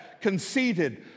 conceited